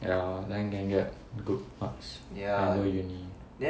ya then can get good marks then can go uni